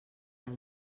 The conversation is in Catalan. del